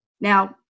Now